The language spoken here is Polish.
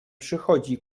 przychodzi